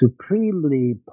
supremely